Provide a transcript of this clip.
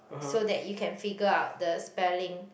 so that you can figure out the spelling